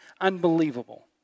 unbelievable